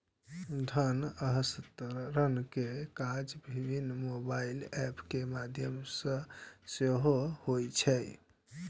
धन हस्तांतरण के काज विभिन्न मोबाइल एप के माध्यम सं सेहो होइ छै